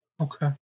Okay